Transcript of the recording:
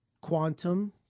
Quantum